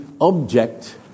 object